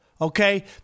Okay